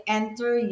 enter